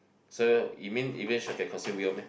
so you mean even shark can consume whale meh